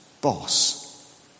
boss